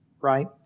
right